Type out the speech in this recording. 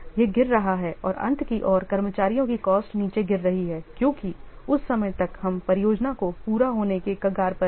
यह गिर रहा है और अंत की ओर कर्मचारियों की कॉस्ट नीचे गिर रही है क्योंकि उस समय तक हम परियोजना के पूरा होने के कगार पर हैं